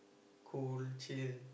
cool chill